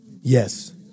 Yes